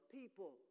people